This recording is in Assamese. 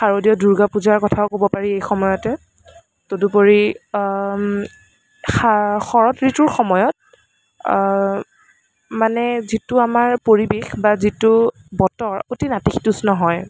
শাৰদীয় দুৰ্গা পূজাৰ কথাও ক'ব পাৰি এই সময়তে তদুপৰি শা শৰৎ ঋতুৰ সময়ত মানে যিটো আমাৰ পৰিৱেশ বা যিটো বতৰ অতি নাতিশীতোষ্ণ হয়